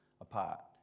apart